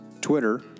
Twitter